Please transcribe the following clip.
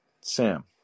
Sam